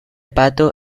pato